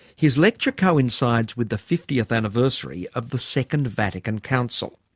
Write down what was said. his lecture coincides with the fiftieth anniversary of the second vatican council.